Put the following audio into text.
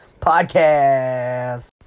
Podcast